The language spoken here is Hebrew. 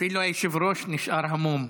אפילו היושב-ראש נשאר המום.